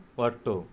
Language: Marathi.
वाटतो